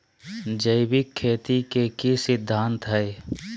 जैविक खेती के की सिद्धांत हैय?